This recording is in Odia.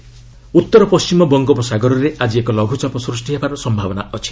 ଓଡ଼ିଶା ୱେଦର ଉତ୍ତର ପଣ୍ଟିମ ବଙ୍ଗୋପସାଗରରେ ଆଜି ଏକ ଲଘୁଚାପ ସୃଷ୍ଟି ହେବାର ସମ୍ଭାବନା ଅଛି